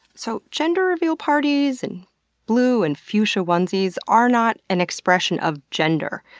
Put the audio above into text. so, gender reveal parties. and blue and fuchsia onesies are not an expression of gender.